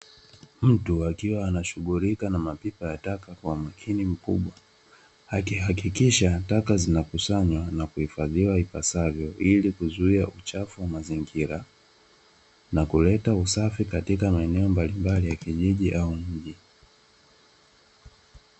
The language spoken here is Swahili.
Mtu akiwa anashughulika na mapipa ya taka kwa makini mkubwa, akihakikisha taka zinakusanywa na kuhifadhiwa ipaswavyo, ili kuzuia uchafu wa mazingira na kuleta usafi katika maeneo mbalimbali ya kijiji au mji.